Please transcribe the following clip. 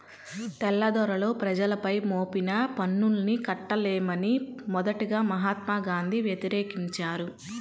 తెల్లదొరలు ప్రజలపై మోపిన పన్నుల్ని కట్టలేమని మొదటగా మహాత్మా గాంధీ వ్యతిరేకించారు